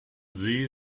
see